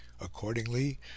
Accordingly